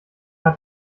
hat